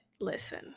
listen